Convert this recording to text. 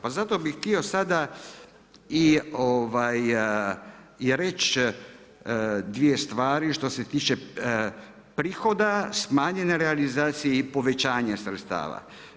Pa zato bi htio sada i reći dvije stvari što se tiče prihoda, smanjenje realizacije i povećanje sredstava.